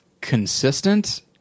consistent